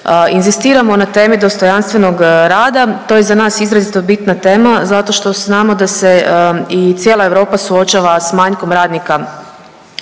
Inzistiramo na temi dostojanstvenog rada, to je za nas izrazito bitna tema zato što znamo da se i cijela Europa suočava s manjkom radnika